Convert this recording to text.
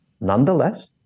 Nonetheless